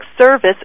service